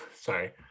sorry –